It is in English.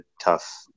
tough